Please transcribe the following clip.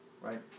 right